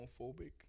homophobic